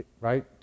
right